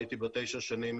הייתי בה תשע שנים,